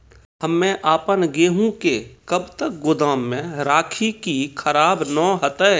हम्मे आपन गेहूँ के कब तक गोदाम मे राखी कि खराब न हते?